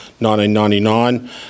1999